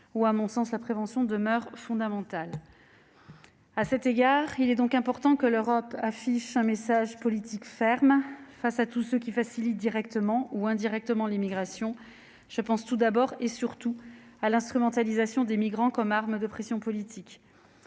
situation, la prévention demeure fondamentale. À cet égard, l'Europe doit envoyer un message politique ferme à tous ceux qui facilitent directement ou indirectement les migrations. Je pense d'abord et surtout à l'instrumentalisation des migrants comme arme de pression politique.